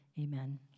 Amen